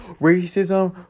racism